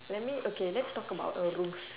let me okay let's talk about uh rooms